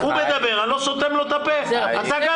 הוא מדבר, אני לא סותם לו את הפה, אתה גם